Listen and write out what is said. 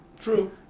True